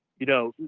you know,